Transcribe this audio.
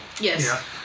Yes